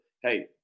Hey